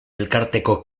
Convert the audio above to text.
elkarteko